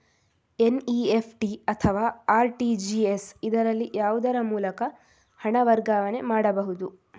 NEFT ಅಥವಾ RTGS, ಇದರಲ್ಲಿ ಯಾವುದರ ಮೂಲಕ ಹಣ ವರ್ಗಾವಣೆ ಮಾಡಬಹುದು?